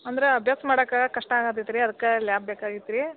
ಅಂದ್ರ ಅಭ್ಯಾಸ ಮಾಡಕ್ಕೆ ಕಷ್ಟ ಆಗತೈತಿ ರೀ ಅದ್ಕ ಲ್ಯಾಬ್ ಬೇಕಾಗಿತ್ತು ರೀ